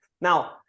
Now